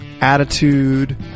attitude